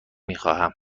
میخواهم